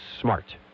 smart